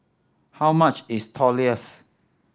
how much is Tortillas